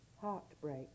Heartbreak